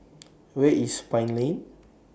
Where IS Pine Lane